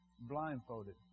blindfolded